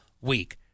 week